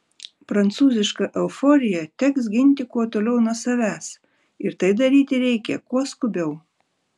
prancūzišką euforiją teks ginti kuo toliau nuo savęs ir tai daryti reikia kuo skubiau